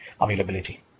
availability